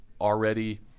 already